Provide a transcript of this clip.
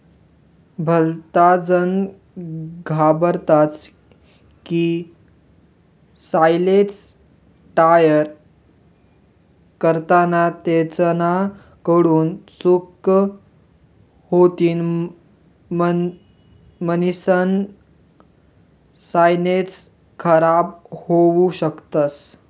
भलताजन घाबरतस की सायलेज तयार करताना तेसना कडून चूक होतीन म्हणीसन सायलेज खराब होवू शकस